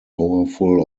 powerful